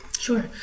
Sure